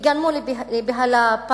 וגרמו לבהלה,